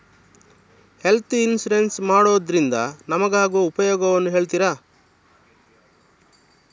Health insurance ಮಾಡೋದ್ರಿಂದ ನಮಗಾಗುವ ಉಪಯೋಗವನ್ನು ಹೇಳ್ತೀರಾ?